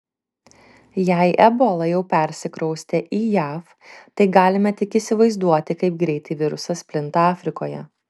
jei ebola jau persikraustė į jav tai galime tik įsivaizduoti kaip greitai virusas plinta afrikoje